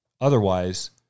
otherwise